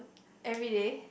everyday